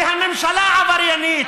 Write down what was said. כי הממשלה עבריינית.